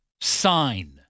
sign